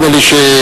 נדמה לי שהשר,